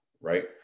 right